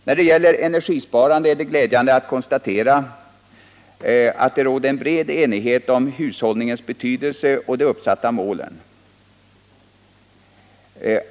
När det gäller energisparandet är det glädjande att konstatera att det råder bred enighet om hushållningens betydelse och om de uppsatta målen.